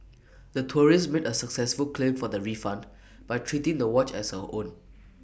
the tourist made A successful claim for the refund by treating the watch as her own